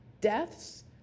deaths